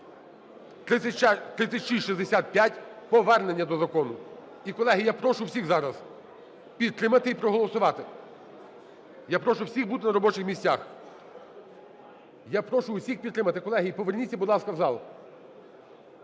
(3665), повернення до закону. І, колеги, я прошу всіх зараз підтримати і проголосувати. Я прошу всіх бути на робочих місцях. Я прошу всіх підтримати, колеги. І поверніться, будь ласка, в зал.